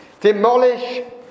demolish